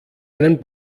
einen